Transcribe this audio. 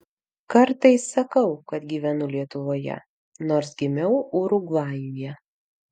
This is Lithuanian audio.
kartais sakau kad gyvenu lietuvoje nors gimiau urugvajuje